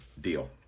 deal